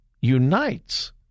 unites